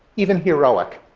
even heroic.